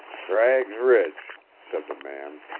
cragg's ridge, said the man,